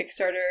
Kickstarter